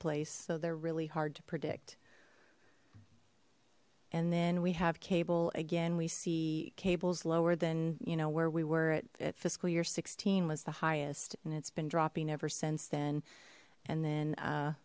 place so they're really hard to predict and then we have cable again we see cables lower than you know where we were at fiscal year sixteen was the highest and it's been dropping ever since then and then